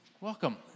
welcome